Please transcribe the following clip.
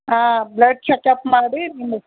ಹಾಂ blood checkup ಮಾಡಿ